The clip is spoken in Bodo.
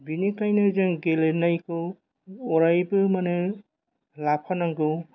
बिनिखायनो जों गेलेनायखौ अरायबो माने लाफानांगौ